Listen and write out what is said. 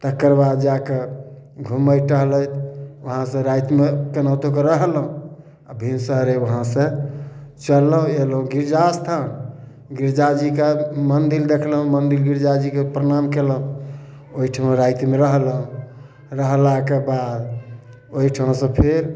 तकर बाद जाकऽ घुमैत टहलैत उहाँ सँ रातिमे केनाहुतो कऽ रहलहुॅं आ भिनसरे उहाँ से चल अयलहुॅं गिरिजा स्थान गिरिजा जीके मन्दिर देखलहुॅं मन्दिर गिरिजा जीके प्रनाम केलहुॅं ओहिठाम रातिमे रहलहुॅं रहलाके बाद ओहिठम सँ फेर